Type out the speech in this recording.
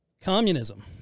communism